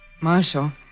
Marshal